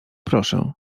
proszę